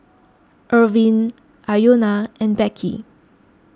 Irvine Iona and Becky